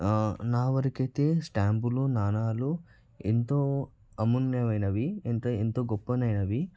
నా వరకైతే స్టాంపులు నాణాలు ఎంతో అమూల్యమైనవి ఇంకా ఎంతో గొప్పనైనవి